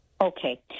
Okay